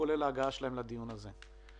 כולל אי-הגעה שלהם לדיון הזה.